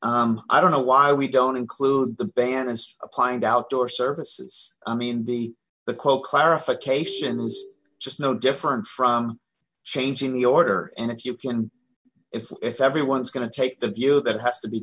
i don't know why we don't include the ban is applying to outdoor services i mean the the quote clarification was just no different from changing the order and if you can if if everyone's going to take the view that has to be